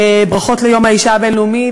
ברכות ליום האישה הבין-לאומי.